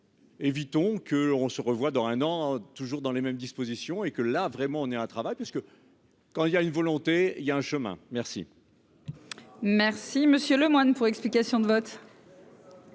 évitons que on se revoit dans un an, toujours dans les mêmes dispositions et que là, vraiment, on est un travail parce que quand il y a une volonté, il y a un chemin, merci. Merci, Monsieur Lemoine pour explication de vote.